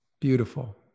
Beautiful